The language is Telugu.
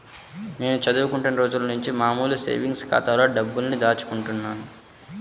నేను చదువుకుంటున్న రోజులనుంచి మామూలు సేవింగ్స్ ఖాతాలోనే డబ్బుల్ని దాచుకుంటున్నాను